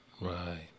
right